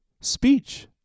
speech